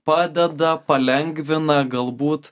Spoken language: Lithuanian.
padeda palengvina galbūt